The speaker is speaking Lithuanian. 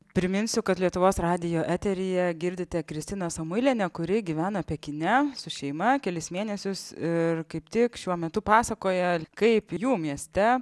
priminsiu kad lietuvos radijo eteryje girdite kristiną samuilienę kuri gyvena pekine su šeima kelis mėnesius ir kaip tik šiuo metu pasakoja kaip jų mieste